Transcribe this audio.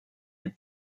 eut